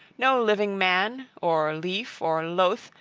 no living man, or lief or loath,